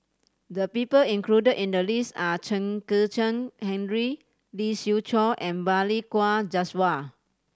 the people included in the list are Chen Kezhan Henri Lee Siew Choh and Balli Kaur Jaswal